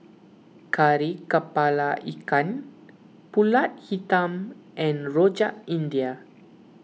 Kari Kepala Ikan Pulut Hitam and Rojak India